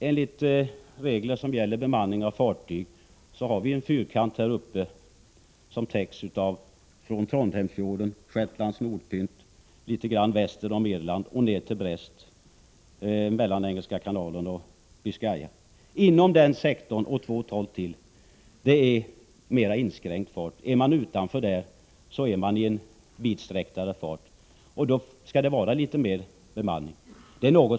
Enligt regler som gäller bemanning av fartyg har vi en fyrkant som täcks från Trondheimsfjorden, Shetlands nordpunkt, litet grand väster om Irland och ner till Brest, mellan Engelska kanalen och Biscaya. Är man utanför detta område befinner man sig i s.k. vidsträckt fart. Då skall man ha litet mer bemanning.